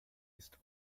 ist